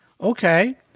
Okay